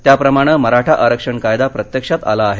त्याप्रमाणे मराठा आरक्षण कायदा प्रत्यक्षात आला आहे